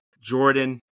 Jordan